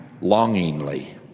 longingly